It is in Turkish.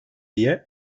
diye